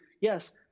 yes